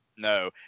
No